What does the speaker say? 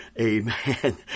Amen